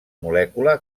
molècula